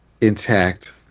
intact